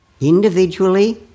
individually